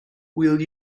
will